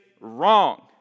wrong